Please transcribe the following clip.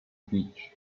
beach